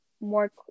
more